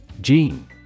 Gene